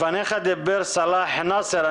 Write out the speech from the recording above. לפניך דיבר סלאח נסאר.